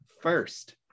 first